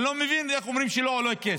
אני לא מבין איך אומרים שלא עולה כסף.